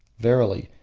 verily,